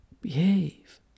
behave